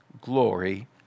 glory